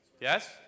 Yes